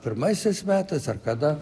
pirmaisiais metas ar kada